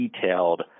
detailed